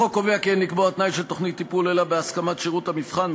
החוק קובע כי אין לקבוע תנאי של תוכנית טיפול אלא בהסכמת שירות המבחן.